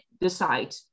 decide